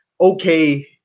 okay